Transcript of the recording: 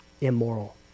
immoral